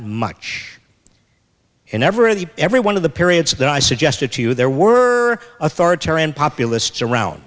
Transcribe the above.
much in every every one of the periods that i suggested to you there were authoritarian populists around